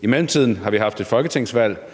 I mellemtiden har vi haft et folketingsvalg –